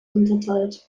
unterteilt